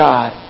God